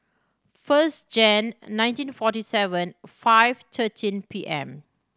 first Jan nineteen forty seven five thirteen P M